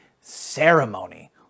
ceremony